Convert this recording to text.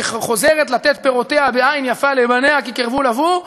שחוזרת לתת פירותיה בעין יפה לבניה כי קרבו לבוא,